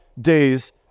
days